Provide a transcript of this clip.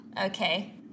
Okay